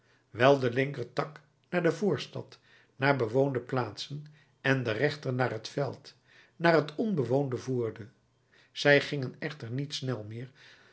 wijl de linker tak naar de voorstad naar bewoonde plaatsen en de rechter naar het veld naar het onbewoonde voerde zij gingen echter niet snel meer